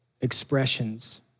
expressions